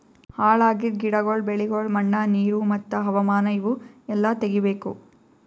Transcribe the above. ಹಾಳ್ ಆಗಿದ್ ಗಿಡಗೊಳ್, ಬೆಳಿಗೊಳ್, ಮಣ್ಣ, ನೀರು ಮತ್ತ ಹವಾಮಾನ ಇವು ಎಲ್ಲಾ ತೆಗಿಬೇಕು